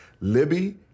Libby